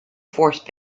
force